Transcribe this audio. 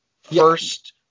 first